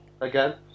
again